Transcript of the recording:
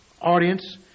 audience